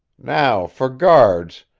now for guards,